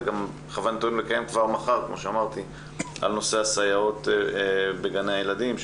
וגם בכוונתנו לקיים כבר מחר בנושא הסייעות בגני הילדים.